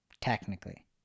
Technically